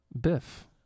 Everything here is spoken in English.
Biff